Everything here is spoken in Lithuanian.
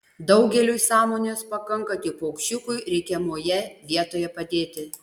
daugeliui sąmonės pakanka tik paukščiukui reikiamoje vietoje padėti